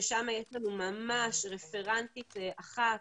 ששם יש לנו רפרנטית אחת